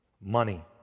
money